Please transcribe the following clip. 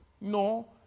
No